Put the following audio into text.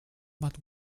but